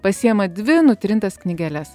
pasiema dvi nutrintas knygeles